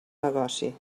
negoci